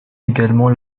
également